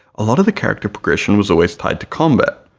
a lot of the character progression was always tied to combat.